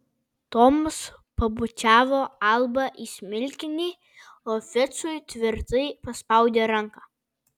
tomas pabučiavo albą į smilkinį o ficui tvirtai paspaudė ranką